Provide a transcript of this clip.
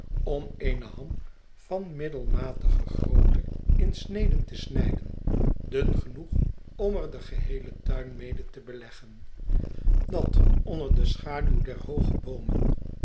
om eene ham van middelmatige groote in sneden te snijden dun genoeg om er den geheelen tuin mede te beleggen dat onder de schaduw der hooge boomen